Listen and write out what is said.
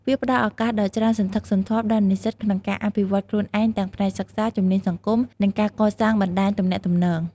វាផ្តល់ឱកាសដ៏ច្រើនសន្ធឹកសន្ធាប់ដល់និស្សិតក្នុងការអភិវឌ្ឍន៍ខ្លួនឯងទាំងផ្នែកសិក្សា ជំនាញសង្គម និងការកសាងបណ្តាញទំនាក់ទំនង។